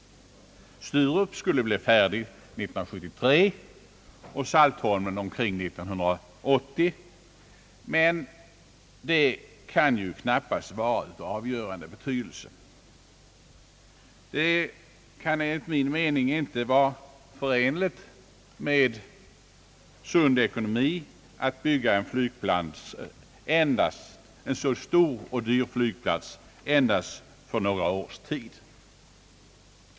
Sturup skulle bli färdigt 1973 och Saltholm omkring 1980. Men det kan ju knappast vara av avgörande betydelse. Det kan enligt min mening inte vara förenligt med sund ekonomi att bygga en så stor och dyr flygplats endast för några års tid.